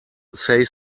say